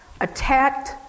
attacked